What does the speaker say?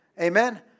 Amen